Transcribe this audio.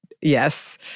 yes